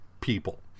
people